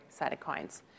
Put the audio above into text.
cytokines